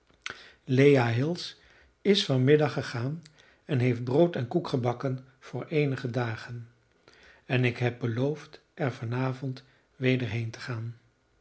lea hills is van middag gegaan en heeft brood en koek gebakken voor eenige dagen en ik heb beloofd er van avond weder heen te gaan